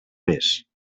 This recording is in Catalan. més